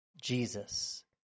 Jesus